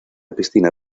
piscina